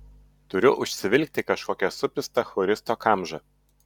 turiu užsivilkti kažkokią supistą choristo kamžą